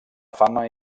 fama